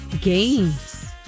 games